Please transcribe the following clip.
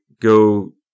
go